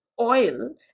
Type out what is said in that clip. oil